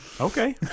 Okay